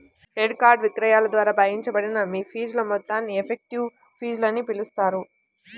credit card విక్రయాల ద్వారా భాగించబడిన మీ ఫీజుల మొత్తాన్ని ఎఫెక్టివ్ ఫీజులని పిలుస్తారు